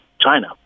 china